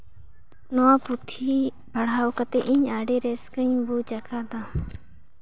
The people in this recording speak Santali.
ᱱᱚᱶᱟ ᱯᱩᱛᱷᱤ ᱯᱟᱲᱦᱟᱣ ᱠᱟᱛᱮᱫ ᱤᱧ ᱟᱹᱰᱤ ᱨᱟᱹᱥᱠᱟᱹᱧ ᱵᱩᱡᱽ ᱟᱠᱟᱫᱟ